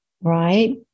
right